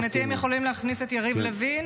מבחינתי הם יכולים להכניס את יריב לוין,